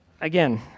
again